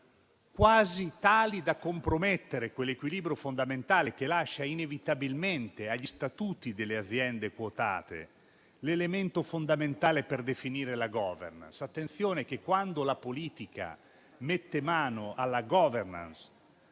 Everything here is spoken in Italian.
quasi tali da compromettere l'equilibrio fondamentale che lascia inevitabilmente agli statuti delle aziende quotate l'elemento fondamentale per definire la *governance*. Attenzione: quando la politica mette mano alla *governance*